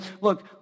look